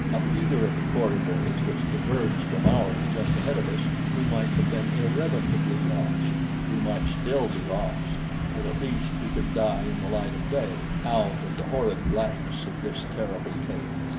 up either of the corridors which diverged from ours just ahead of us, we might have been irrevocably lost we might still be lost but at least we could die in the light of day, out of the horrid blackness of this terrible cave.